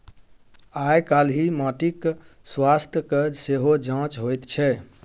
आयकाल्हि माटिक स्वास्थ्यक सेहो जांचि होइत छै